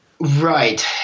Right